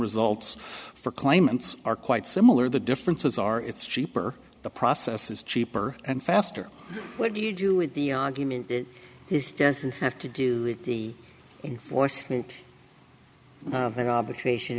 results for claimants are quite similar the differences are it's cheaper the process is cheaper and faster what do you do with the argument that it doesn't have to do the enforcement an arbitration